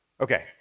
Okay